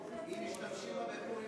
משתמשים בה בפורים